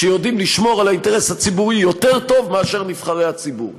שיודעים לשמור על האינטרס הציבורי יותר טוב מאשר נבחרי הציבור.